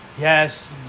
Yes